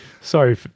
Sorry